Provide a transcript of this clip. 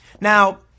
Now